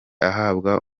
ahabwa